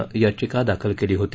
नं याचिका दाखल केली होती